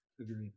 agreed